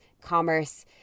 commerce